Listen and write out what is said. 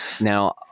Now